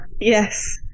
Yes